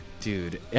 dude